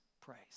praise